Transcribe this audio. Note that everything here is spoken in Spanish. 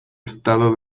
estado